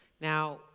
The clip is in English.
Now